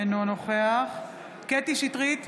אינו נוכח קטי קטרין שטרית,